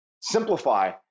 simplify